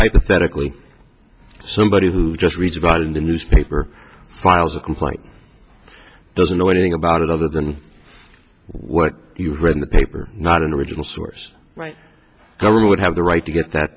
hypothetically somebody who just reads vile in the newspaper files a complaint doesn't know anything about it other than what you read the paper not an original source right i would have the right to get that